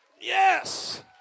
yes